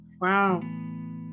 Wow